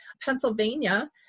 Pennsylvania